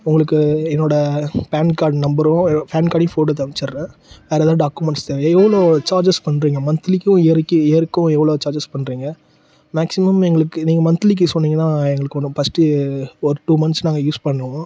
உங்களுக்கு என்னோடய pan card நம்பரும் எ ஃபேன் கார்டையும் ஃபோட்டோ எடுத்து அன்ச்சிட்றேன் வேறு எதா டாக்குமெண்ட்ஸ் தேவையா எவ்வளோ சார்ஜெஸ் பண்ணுறீங்க மந்த்லிக்கும் இயருக்கு இயருக்கும் எவ்வளோ சார்ஜெஸ் பண்ணுறீங்க மேக்சிமம் எங்களுக்கு நீங்கள் மந்த்லிக்கு சொன்னிங்கனா எங்களுக்கு கொஞ்சம் பர்ஸ்ட்டு ஒரு டூ மந்த்ஸ் நாங்கள் யூஸ் பண்ணுவோம்